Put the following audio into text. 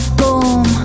boom